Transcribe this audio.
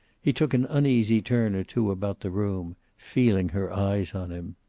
he took an uneasy turn or two about the room, feeling her eyes on him.